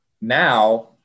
now